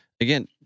again